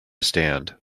stand